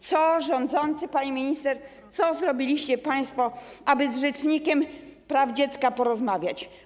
Co rządzący, pani minister, co zrobiliście państwo, aby z rzecznikiem praw dziecka porozmawiać?